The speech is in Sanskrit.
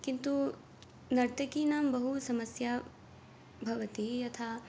किन्तु नर्तकीनां बहुसमस्या भवति यथा